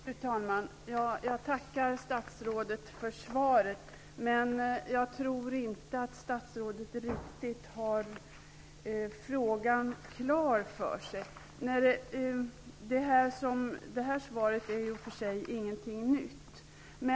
Fru talman! Jag tackar statsrådet för svaret, men jag tror inte att statsrådet har frågan riktigt klar för sig. Svaret innehåller i och för sig ingenting nytt.